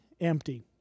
empty